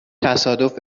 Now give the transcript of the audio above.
تصادف